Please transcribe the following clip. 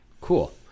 Cool